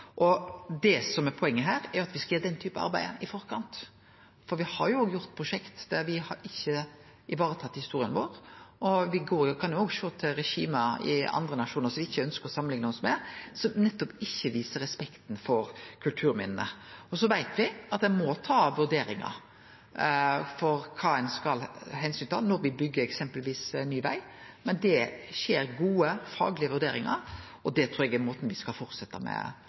Det som er poenget her, er at me skal gjere den typen arbeid i forkant, for me har hatt prosjekt der me ikkje har varetatt historia vår. Me kan òg sjå til regime i andre nasjonar som me ikkje ønskjer å samanlikne oss med, som nettopp ikkje viser respekt for kulturminna. Så veit me at ein må ta vurderingar av kva ein skal ta omsyn til når ein eksempelvis byggjer nye vegar, men det skjer gode faglege vurderingar, og det trur eg er måten me skal